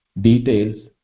details